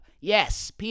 yes